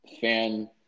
fan